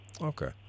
Okay